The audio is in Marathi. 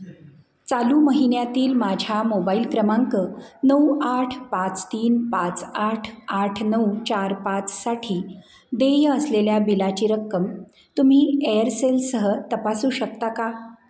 चालू महिन्यातील माझ्या मोबाईल क्रमांक नऊ आठ पाच तीन पाच आठ आठ नऊ चार पाचसाठी देय असलेल्या बिलाची रक्कम तुम्ही एअरसेलसह तपासू शकता का